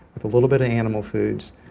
with a little bit of animal foods.